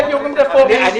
יהיו גיורים רפורמיים --- אני